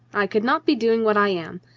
i could not be doing what i am.